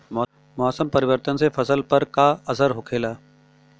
मौसम परिवर्तन से फसल पर का असर होखेला?